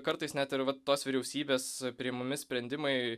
kartais net ir tos vyriausybės priimami sprendimai